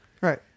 Right